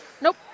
Nope